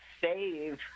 save